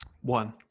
One